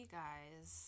guys